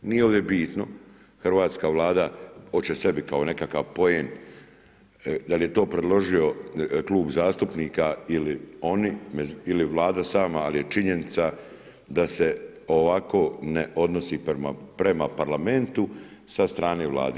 Nije ovdje bitno hrvatska Vlada hoće sebi kao nekakav poen da li je to predložio klub zastupnika ili oni ili Vlada sama, ali je činjenica da se ovako ne odnosi prema Parlamentu sa strane Vlade.